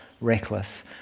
reckless